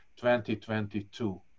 2022